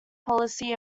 policy